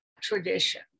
tradition